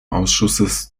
ausschusses